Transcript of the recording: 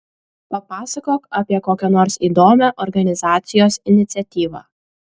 papasakok apie kokią nors įdomią organizacijos iniciatyvą